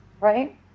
right